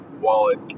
wallet